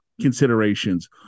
considerations